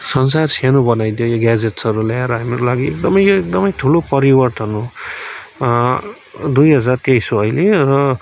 संसार सानो बनाइदियो यो ग्याजेट्सहरू ल्याएर हाम्रो लागि एकदमै यो एकदमै ठुलो परिवर्तन हो दुई हजार तेइस हो अहिले र